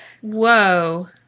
Whoa